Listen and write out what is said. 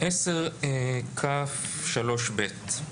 סעיף 10כ(3)(ב).